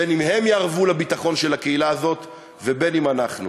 בין שהם יערבו לביטחון של הקהילה הזאת ובין שאנחנו.